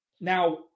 Now